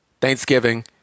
Thanksgiving